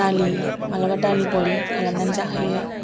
दालि मालाबा दालि बयेल खालामनानै जाहोयो